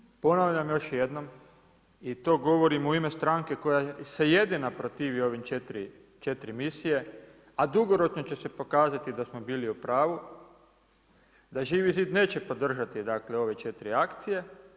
Iz toga razloga ponavljam još jednom i to govorim u ime stranke koja se jedina protivi ovim četiri misija a dugoročno će se pokazati da smo bili u pravu, da Živi zid neće podržati dakle ove 4 akcije.